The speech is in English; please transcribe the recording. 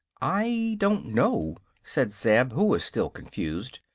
i don't know, said zeb, who was still confused.